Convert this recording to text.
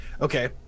okay